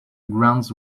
grounds